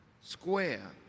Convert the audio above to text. square